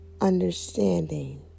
understanding